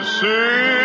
see